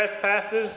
trespasses